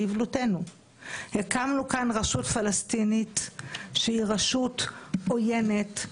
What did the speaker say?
הקמנו כאן רשות פלסטינית שהיא רשות עוינת,